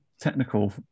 technical